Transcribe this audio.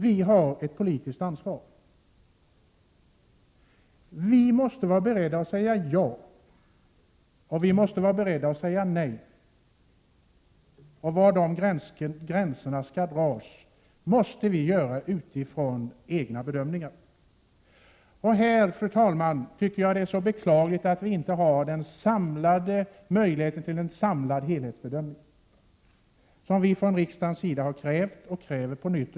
Vi har ett politiskt ansvar. Vi måste vara beredda att säga ja, och vi måste vara beredda att säga nej. Var de gränserna skall dras måste vi avgöra utifrån egna bedömningar. Här, fru talman, tycker jag det är så beklagligt att vi inte har möjlighet till den samlade helhetsbedömning som vi från riksdagens sida har krävt och kräver på nytt.